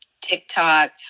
TikTok